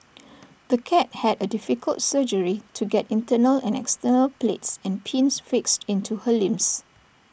the cat had A difficult surgery to get internal and external plates and pins fixed into her limbs